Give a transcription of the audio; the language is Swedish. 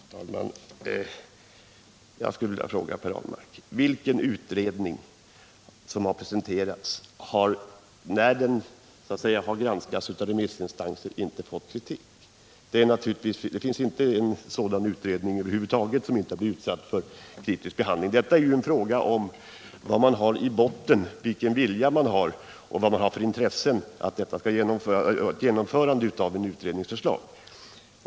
Herr talman! Jag skulle vilja fråga Per Ahlmark vilken utredning som inte när den granskats av remissinstanser har fått kritik. Det finns naturligtvis inte någon utredning över huvud taget, som inte har blivit utsatt för kritisk behandling. Detta är ju en fråga om vad man har i botten, vilken vilja man har och vad man har för intresse av ett genomförande av en utrednings förslag.